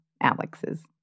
Alex's